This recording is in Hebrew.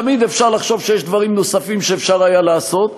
תמיד אפשר לחשוב שיש דברים נוספים שאפשר היה לעשות,